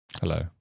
Hello